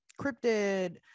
cryptid